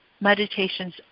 meditations